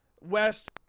West